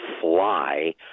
fly